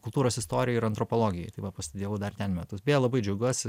kultūros istorijai ir antropologijai tai va pastudijavau dar ten metus labai džiaugiuosi